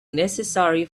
necessary